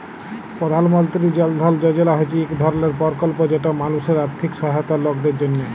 পধাল মলতিরি জল ধল যজলা হছে ইক ধরলের পরকল্প যেট মালুসের আথ্থিক সহায়তার লকদের জ্যনহে